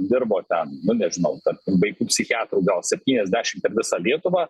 dirbo ten nu nežinau vaikų psichiatrų gal septyniasdešimt per visą lietuvą